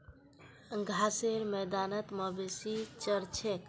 घासेर मैदानत मवेशी चर छेक